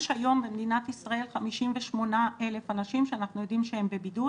יש היום במדינת ישראל 58,000 אנשים שאנחנו יודעים שהם בבידוד.